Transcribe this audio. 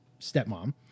stepmom